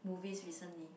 movies recently